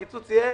הקיצוץ יהיה